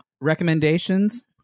Recommendations